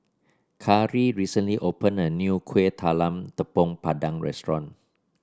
Kari recently opened a new Kuih Talam Tepong Pandan Restaurant